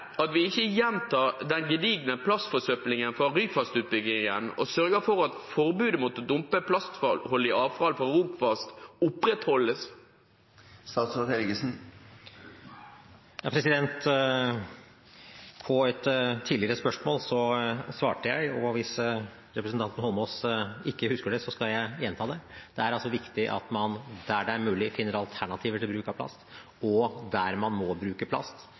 at vi ikke gjentar den gedigne plastforsøplingen fra Ryfast-utbyggingen, og sørge for at forbudet mot å dumpe plastholdig avfall fra Rogfast opprettholdes? På et tidligere spørsmål svarte jeg, men hvis representanten Eidsvoll Holmås ikke husker det, skal jeg gjenta det: Det er viktig at man der det er mulig, finner alternativer til bruk av plast, og at man der man må bruke plast,